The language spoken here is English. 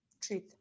Truth